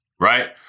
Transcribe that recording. right